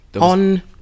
on